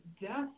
death